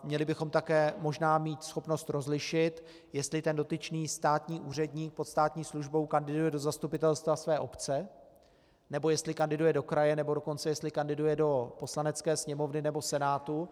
Měli bychom také možná mít schopnost rozlišit, jestli ten dotyčný státní úředník pod státní službou kandiduje do zastupitelstva své obce, nebo jestli kandiduje do kraje, nebo dokonce jestli kandiduje do Poslanecké sněmovny nebo Senátu.